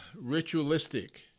ritualistic